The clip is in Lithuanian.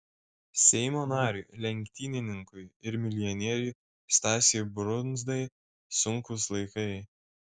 seimo nariui lenktynininkui ir milijonieriui stasiui brundzai sunkūs laikai